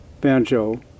banjo